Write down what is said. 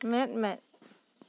ᱢᱮᱫ ᱢᱮᱫ